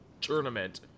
tournament